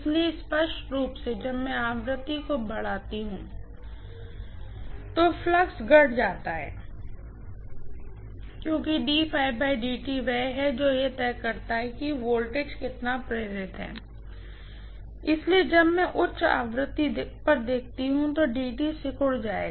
इसलिए स्पष्ट रूप से जब मैं आवृत्ति प्रवाह बढाती हूँ तो फ्लक्स घट जाती है क्योंकि वह है जो यह तय करता है कि वोल्टेज कितना प्रेरित है इसलिए जब मैं उच्च आवृत्ति पर देखता हूं तो सिकुड़ जाएगा